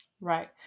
Right